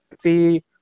see